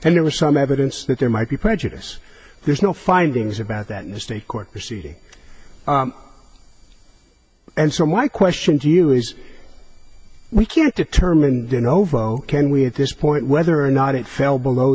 and there was some evidence that there might be prejudice there's no findings about that in the state court proceeding and so my question to you is we can't determine the novo can we at this point whether or not it fell below